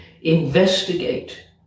Investigate